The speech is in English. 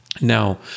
Now